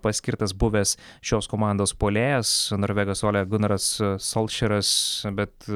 paskirtas buvęs šios komandos puolėjas norvegas olė gunaras solšeras bet